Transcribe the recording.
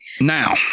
Now